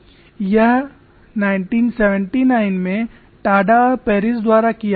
और यह 1979 में टाडा और पेरिस द्वारा किया गया था